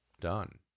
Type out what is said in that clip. done